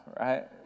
right